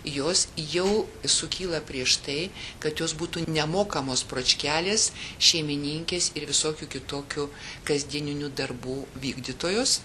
jos jau sukyla prieš tai kad jos būtų nemokamos pročkelės šeimininkės ir visokių kitokių kasdieninių darbų vykdytojos